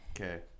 Okay